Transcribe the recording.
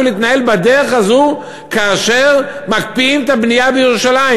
להתנהל בדרך הזאת כאשר מקפיאים את הבנייה בירושלים?